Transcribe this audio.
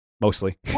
mostly